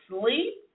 sleep